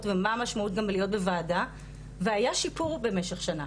ומה המשמעות גם להיות בוועדה והיה שיפור במשך שנה.